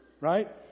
right